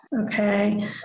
okay